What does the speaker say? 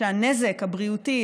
והנזק הבריאותי,